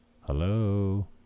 Hello